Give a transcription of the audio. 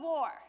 War